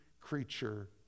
creature